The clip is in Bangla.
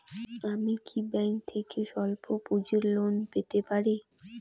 আমি কি ব্যাংক থেকে স্বল্প পুঁজির লোন পেতে পারি?